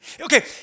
Okay